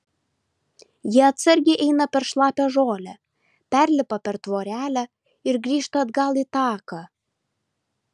jie atsargiai eina per šlapią žolę perlipa per tvorelę ir grįžta atgal į taką